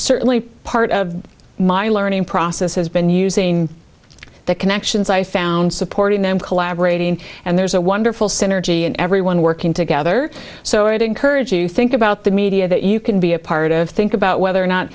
certainly part of my learning process has been using the connections i found supporting them collaborating and there's a wonderful synergy and everyone working together so it encouraged you to think about the media that you can be a part of think about whether or not